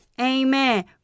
Amen